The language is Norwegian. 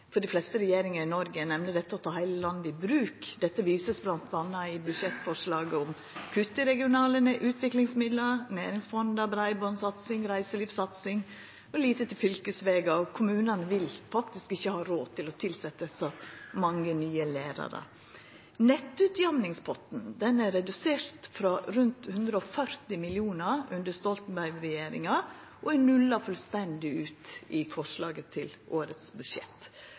for dei fleste regjeringar i Noreg, nemleg å ta heile landet i bruk. Dette ser ein bl.a. i budsjettforslaget om kutt i regionale utviklingsmidlar, næringsfonda, breibandsatsing, reiselivssatsing, lite til fylkesvegar, og kommunane vil faktisk ikkje ha råd til å tilsetja så mange nye lærarar. Nettutjamningspotten er redusert frå rundt 140 mill. kr under Stoltenberg-regjeringa og er nulla fullstendig ut i forslaget til årets budsjett.